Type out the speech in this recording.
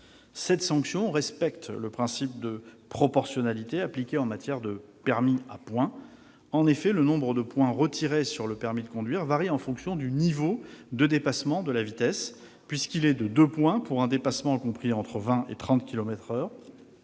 Cette sanction respecte le principe de proportionnalité appliqué en matière de permis à points. En effet, le nombre de points retirés sur le permis de conduire varie en fonction du niveau de dépassement de la vitesse : il est de deux points pour un dépassement compris entre 20 et 30 kilomètres